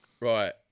right